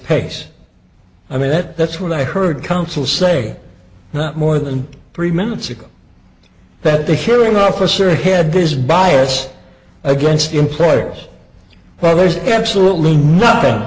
pace i mean that that's what i heard counsel say not more than three minutes ago that the hearing officer had this bias against employers where there's absolutely nothing